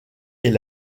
est